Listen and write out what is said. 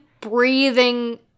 breathing